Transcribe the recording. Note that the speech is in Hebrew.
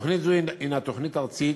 תוכנית זו היא תוכנית ארצית